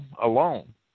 alone